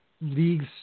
leagues